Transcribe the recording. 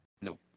No